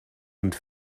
und